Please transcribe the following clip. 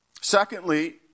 Secondly